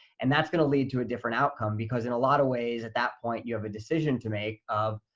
and that's going to lead to a different outcome, because in a lot of ways, at that point, you have a decision to make of,